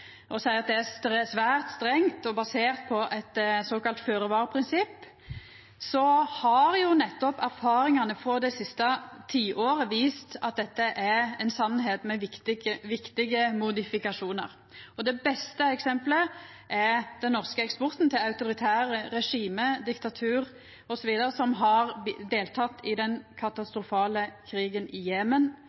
og seier at det er svært strengt og basert på eit såkalla føre-var-prinsipp, har nettopp erfaringane frå det siste tiåret vist at dette er ei sanning med viktige modifikasjonar. Det beste eksemplet er den norske eksporten til autoritære regime, diktatur osv. som har delteke i den katastrofale krigen i